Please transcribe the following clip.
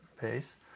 base